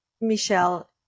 Michelle